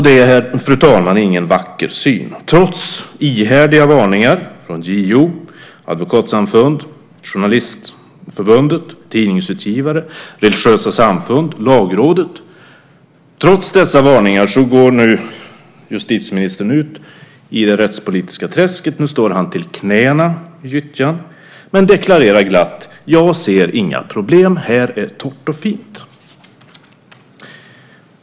Det är, fru talman, ingen vacker syn. Trots ihärdiga varningar från JO, advokatsamfund, journalistförbund, tidningsutgivare, religiösa samfund och lagråd går nu justitieministern ut i det rättspolitiska träsket. Nu står han till knäna i gyttjan, men deklarerar glatt: Jag ser inga problem. Här är torrt och fint!